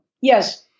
Yes